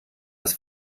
das